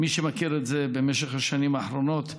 כמי שמכיר את זה במשך השנים האחרונות,